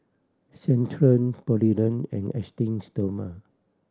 Centrum Polident and Esteem Stoma